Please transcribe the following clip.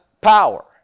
power